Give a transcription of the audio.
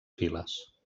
files